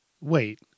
Wait